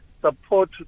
support